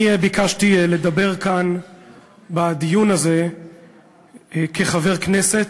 אני ביקשתי לדבר כאן בדיון הזה כחבר הכנסת,